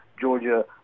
Georgia